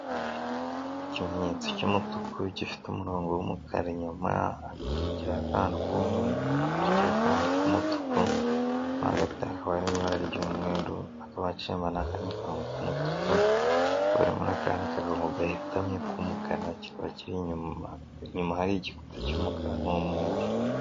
Ikimenyetso cy'umutuku gifite umurongo w'umukara inyuma, hagakurikira akantu k'umweru, hagakurikiraho akandi k'umutuku, hagati hari ibara ry'umweru, hakaba haciyemo n'akandi karongo k'umutuku, n'akandi kaberamye k'umukara, kiba kiri inyuma y'igikuta cy'umukara n'umweru.